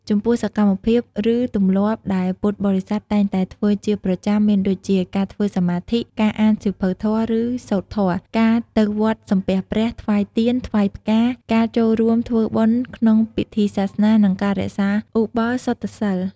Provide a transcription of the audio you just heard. ចំពោះសកម្មភាព ឬទម្លាប់ដែលពុទ្ធបរិស័ទតែងតែធ្វើជាប្រចាំមានដូចជា ការធ្វើសមាធិ ការអានសៀវភៅធម៌ ឬសូត្រធម៌ ការទៅវត្តសំពះព្រះ ថ្វាយទៀន ថ្វាយផ្កា ការចូលរួមធ្វើបុណ្យក្នុងពិធីសាសនា និងការរក្សាឧបោសថសីល។